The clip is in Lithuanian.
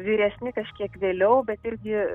vyresni kažkiek vėliau bet irgi